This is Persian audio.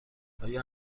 آیا